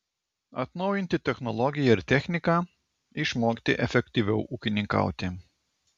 atnaujinti technologiją ir techniką išmokti efektyviau ūkininkauti